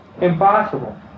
Impossible